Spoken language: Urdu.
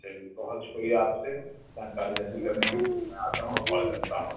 چلیے بہت شکریہ آپ سے جانکاری حاصل کرنے کے لیے میں آتا ہوں اور کال کرتا ہوں آپ کو